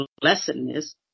blessedness